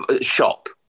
shop